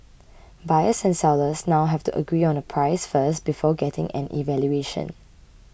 buyers and sellers now have to agree on a price first before getting an evaluation